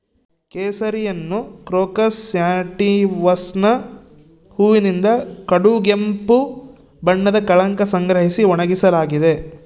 ಕೇಸರಿಯನ್ನುಕ್ರೋಕಸ್ ಸ್ಯಾಟಿವಸ್ನ ಹೂವಿನಿಂದ ಕಡುಗೆಂಪು ಬಣ್ಣದ ಕಳಂಕ ಸಂಗ್ರಹಿಸಿ ಒಣಗಿಸಲಾಗಿದೆ